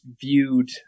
viewed